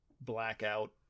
Blackout